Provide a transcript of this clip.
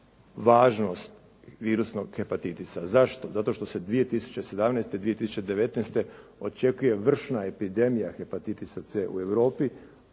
važnost virusnog hepatitisa. Zašto? Zato što se 2017. i 2019. očekuje vršna epidemija hepatitisa C u Europi.